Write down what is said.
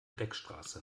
beckstraße